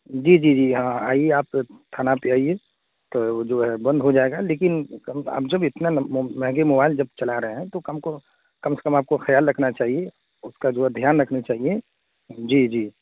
جی جی جی ہاں آئیے آپ تھانہ پہ آئیے تو وہ جو ہے بند ہو جائے گا لیکن اب جب اتنا مہنگے موبائل جب چلا رہے ہیں تو کم کو کم سے کم آپ کو خیال رکھنا چاہیے اس کا جو ہے دھیان رکھنا چاہیے جی جی